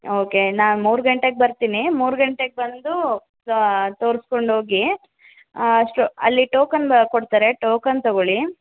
okay ನಾನು ಮೂರು ಗಂಟೆಗೆ ಬರ್ತೀನಿ ಮೂರು ಗಂಟೆಗೆ ಬಂದು ತೋರ್ಸ್ಕೊಂಡು ಹೋಗಿ ಅಷ್ಟು ಅಲ್ಲಿ ಟೋಕನ್ ಕೊಡ್ತಾರೆ ಟೋಕನ್ ತಗೊಳ್ಳಿ